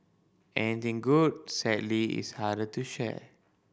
anything good sadly is harder to share